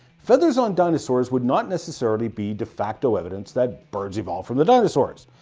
feathers on dinosaurs would not necessarily be defacto evidence that birds evolved from the dinosaurs.